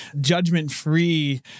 judgment-free